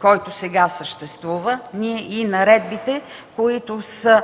който сега съществува, и наредбите, които са